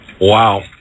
Wow